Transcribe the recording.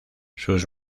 sus